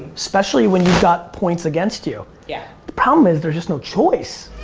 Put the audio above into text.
especially when you've got points against you. yeah. the problem is there's just no choice.